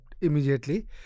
immediately